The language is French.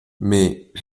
mais